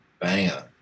banger